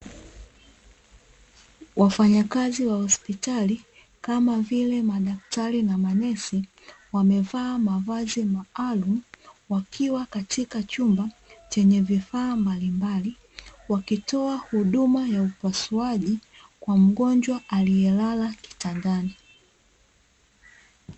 Wafanyakazi wa hospitali kama vile madaktar na manesi, wamevaa mavazi maalumu wakiwa katika chumba chenye vifaa mbalimbali, wakitoa huduma ya upasuaji kwa mgonjwa aliyelala kitandani.